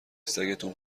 سگتون